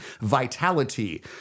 vitality